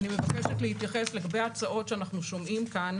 אני מבקשת להתייחס לגבי ההצעות שאנחנו שומעים כאן